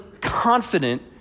confident